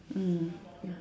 mm ya